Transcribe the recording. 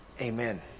Amen